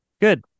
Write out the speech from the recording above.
Good